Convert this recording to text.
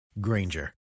Granger